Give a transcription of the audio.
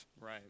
right